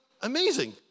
amazing